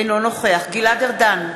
אינו נוכח גלעד ארדן,